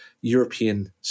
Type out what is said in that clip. European